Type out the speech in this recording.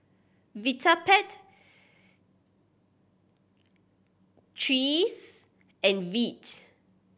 Vitapet threes and Veet